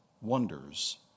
wonders